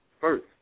first